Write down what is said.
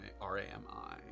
R-A-M-I